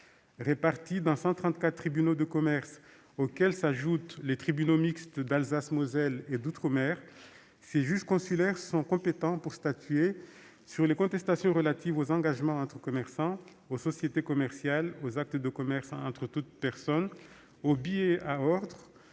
Répartis dans 134 tribunaux de commerce, auxquels s'ajoutent les tribunaux mixtes d'Alsace-Moselle et d'outre-mer, ces juges consulaires sont compétents pour statuer sur les contestations relatives aux engagements entre commerçants, aux sociétés commerciales, aux actes de commerce entre toutes personnes, aux billets à ordre,